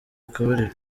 akabariro